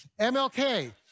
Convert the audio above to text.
MLK